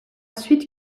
suite